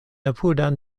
apudan